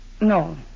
No